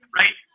right